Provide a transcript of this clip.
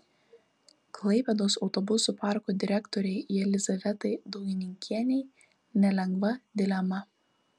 klaipėdos autobusų parko direktorei jelizavetai daugininkienei nelengva dilema